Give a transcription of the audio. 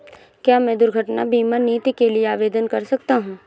क्या मैं दुर्घटना बीमा नीति के लिए आवेदन कर सकता हूँ?